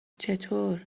چطور